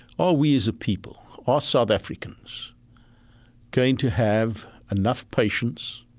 are we, as a people, are south africans going to have enough patience